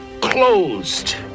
closed